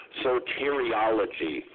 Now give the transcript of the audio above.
soteriology